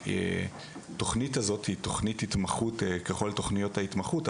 והתוכנית הזאת היא תוכנית התמחות ככל תוכניות ההתמחות,